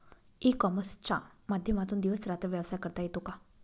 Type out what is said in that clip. E कॉमर्सच्या माध्यमातून दिवस रात्र व्यवसाय करता येतो का?